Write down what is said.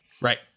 Right